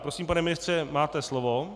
Prosím, pane ministře, máte slovo.